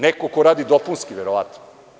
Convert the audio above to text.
Neko ko radi dopunski, verovatno.